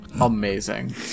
Amazing